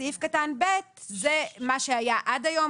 סעיף (ב) זה מה שהיה עד היום,